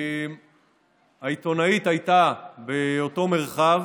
העיתונאית הייתה באותו מרחב,